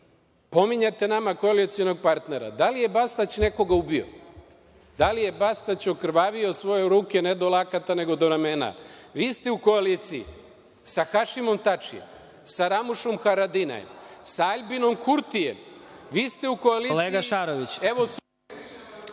pominjete nama koalicionog partnera. Da li je Bastać nekog ubio? Da li je Bastać okrvavio svoje ruko, ne do lakata, nego do ramena? Vi ste u koaliciji sa Hašimom Tačijem, sa Ramušem Haradinajem, sa Aljbinom Kurtijem, vi ste u koaliciji..